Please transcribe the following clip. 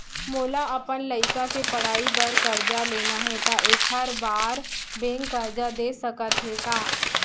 मोला अपन लइका के पढ़ई बर करजा लेना हे, त एखर बार बैंक करजा दे सकत हे का?